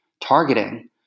targeting